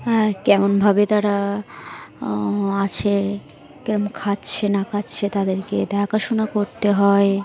হ্যাঁ কেমনভাবে তারা আছে কিরম খাচ্ছে না খাচ্ছে তাদেরকে দেখাশোনা করতে হয়